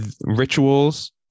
rituals